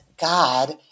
God